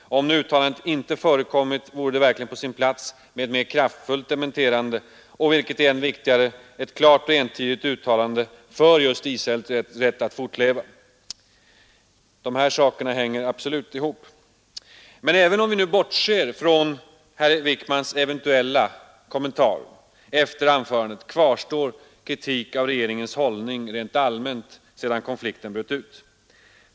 Om nu uttalandet inte förekommit, vore det verkligen på sin plats med ett mera kraftfullt dementerande och, vilket är viktigt, ett klart och entydigt uttalande för Israels rätt att fortleva. De här sakerna hänger absolut ihop. Men även om vi bortser från herr Wickmans eventuella kommentarer efter anförandet kvarstår kritik, av regeringens hållning rent allmänt, sedan konflikten bröt ut.